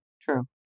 true